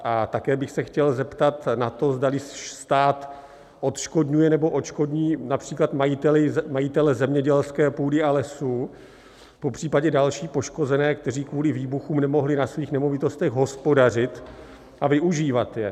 A také bych se chtěl zeptat na to, zdali stát odškodňuje nebo odškodní například majitele zemědělské půdy a lesů, popřípadě další poškozené, kteří kvůli výbuchům nemohli na svých nemovitostech hospodařit a využívat je.